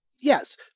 yes